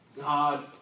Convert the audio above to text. God